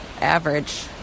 average